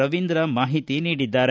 ರವೀಂದ್ರ ಮಾಹಿತಿ ನೀಡಿದ್ದಾರೆ